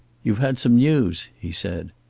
you've had some news, he said.